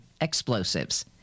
explosives